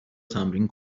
تمرین